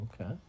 Okay